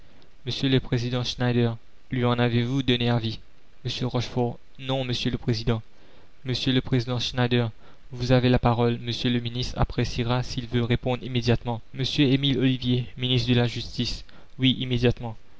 le président schneider lui en avez-vous donné avis m rochefort non monsieur le président m le président schneider vous avez la parole monsieur le ministre appréciera s'il veut répondre immédiatement m emile ollivier ministre de la justice oui immédiatement